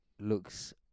looks